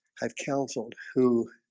i've counseled who